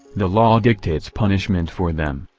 the law dictates punishment for them,